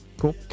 cool